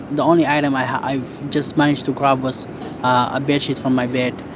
the only item i i just managed to grab was a bedsheet from my bed.